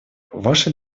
ваше